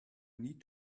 need